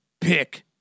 Pick